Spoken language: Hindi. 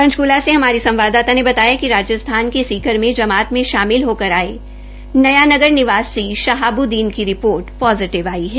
पंचकूला से हमारी संवाददाता ने बताया कि राजस्थान सीकर से जमात में शामिल होकर आये नया नगर निवासी शहाब्ददीन की रिपोर्ट पोजिटिव आई है